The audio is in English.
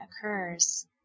occurs